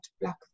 Black